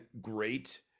great